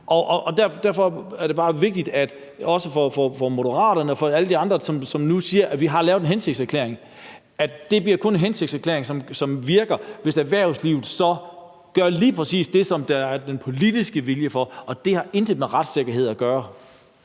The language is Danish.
Derfor er det bare vigtigt, også for Moderaterne og for alle de andre, som nu siger, at vi har lavet en hensigtserklæring, at det kun bliver en hensigtserklæring, som virker, hvis erhvervslivet så gør lige præcis det, der er den politiske vilje til. Og det har intet med retssikkerhed at gøre.